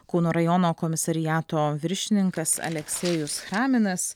kauno rajono komisariato viršininkas aleksejus chraminas